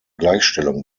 gleichstellung